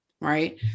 right